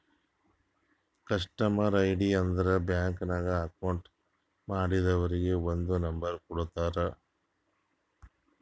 customer ID ಅಂದುರ್ bank ನಾಗ್ account ಮಾಡ್ದವರಿಗ್ ಒಂದ್ ನಂಬರ್ ಕೊಡ್ತಾರ್